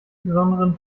besonderen